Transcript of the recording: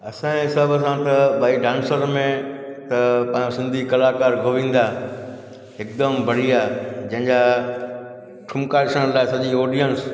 असांजे हिसाब सां त भई डांसर में त पाण सिंधी कलाकारु गोविंदा हिकदमि बढ़िया जंहिंजा ठुमका सहंदा सॼी ऑडियंस